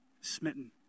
smitten